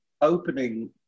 opening